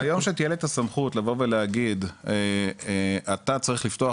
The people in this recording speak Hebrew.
ביום שתהיה לי סמכות לבוא ולהגיד אתה צריך לפתוח